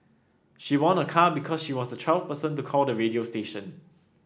she won a car because she was the twelfth person to call the radio station